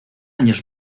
años